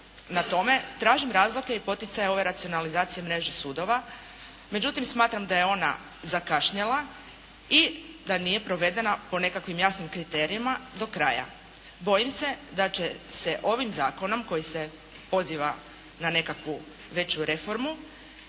na tome tražim razloge i poticaje ove racionalizacije mreže sudova, međutim smatram da je ona zakašnjela i da nije provedena po nekakvim jasnim kriterijima do kraja. Bojim se da će se ovim zakonom koji se poziva na nekakvu veću reformu